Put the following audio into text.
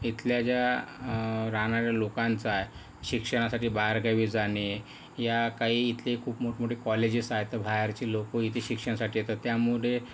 इथल्या ज्या राहणाऱ्या लोकांचं आहे शिक्षणासाठी बाहेरगावी जाणे या काही इथले खूप मोठमोठे कॉलेजेस आहे तर बाहेरचे लोकं इथे शिक्षणासाठी येतात त्यामुळे